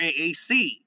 AAC